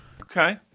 Okay